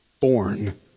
born